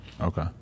Okay